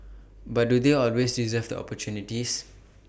but do they always deserve the opportunities